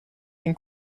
ein